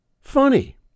funny